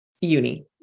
uni